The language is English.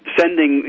sending